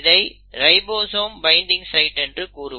இதை ribosome binding site என்று கூறுவர்